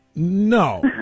No